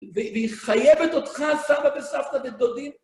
והיא חייבת אותך, סבא וסבתא ודודים.